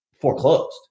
foreclosed